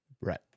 Right